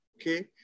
okay